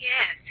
Yes